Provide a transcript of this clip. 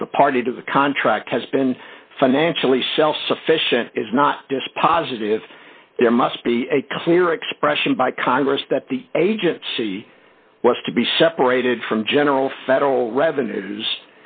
was the party to the contract has been financially self sufficient is not dispositive there must be a clear expression by congress that the agency was to be separated from general federal revenues